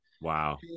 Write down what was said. Wow